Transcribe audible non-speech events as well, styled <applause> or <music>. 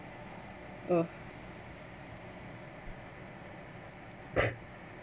uh <coughs>